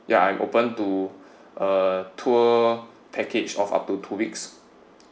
ya I'm open to uh tour package of up to two weeks